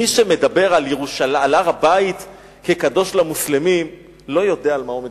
מי שמדבר על הר-הבית כקדוש למוסלמים לא יודע על מה הוא מדבר.